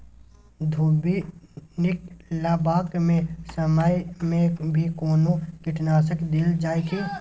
दुभी निकलबाक के समय मे भी कोनो कीटनाशक देल जाय की?